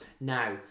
Now